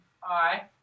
Hi